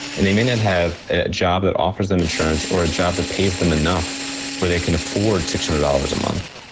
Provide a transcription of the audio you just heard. and they may not have a job that offers them insurance, or a job that pays them enough where they can afford six hundred dollars a month.